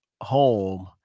home